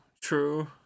True